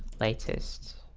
latest